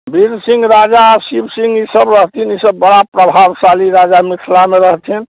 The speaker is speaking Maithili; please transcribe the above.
बीर सिंह राजा शिव सिंह ई सभ रहथिन ई सभ बड़ा प्रभावशाली राजा मिथिलामे रहथिन